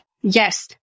Yes